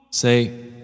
Say